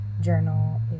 journal